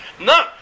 No